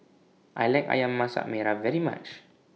I like Ayam Masak Merah very much